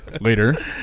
Later